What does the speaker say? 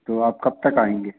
तो आप कब तक आएँगे